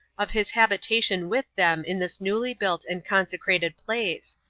of his habitation with them in this newly built and consecrated place,